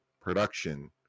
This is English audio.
production